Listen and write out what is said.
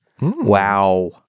Wow